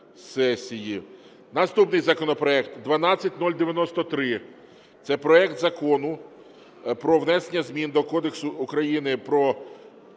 Наступний законопроект 12093. Це проект Закону про внесення змін до Кодексу України про